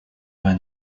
were